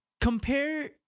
Compare